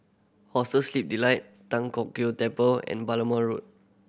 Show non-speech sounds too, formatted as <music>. Hostel Sleep Delight Tan Kong <unintelligible> Temple and Balmoral Road